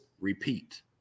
repeat